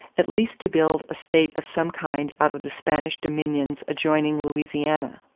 at least to build a state of some kind out of the spanish dominions adjoining louisiana.